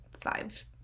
five